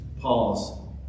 pause